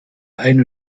ein